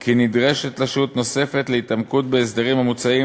כי נדרשת לה שהות נוספת להתעמקות בהסדרים המוצעים